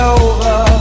over